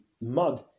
mud